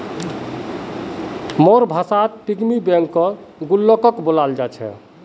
गाँउर भाषात पिग्गी बैंकक गुल्लको बोलाल जा छेक